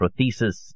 prothesis